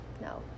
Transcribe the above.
no